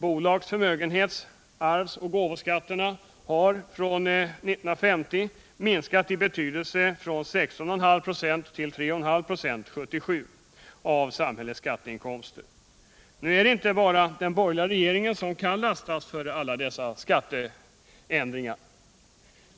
Bolags-, förmögenhets-, arvsoch gåvoskatterna har minskat i betydelse från 16,5 96 av samhällets skatteinkomster år 1950 till 3,5 96 år 1977. Nu är det inte bara den borgerliga regeringen som kan lastas för alla dessa skatteändringar.